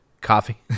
coffee